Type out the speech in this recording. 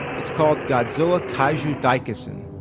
it's called godzilla kaijuu daikessen.